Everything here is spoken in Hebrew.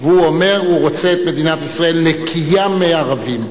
והוא אומר: הוא רוצה את מדינת ישראל נקייה מערבים.